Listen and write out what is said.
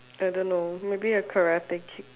I don't know maybe a Karate kick